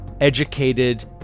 educated